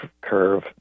curve